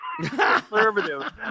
conservative